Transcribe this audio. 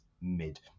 mid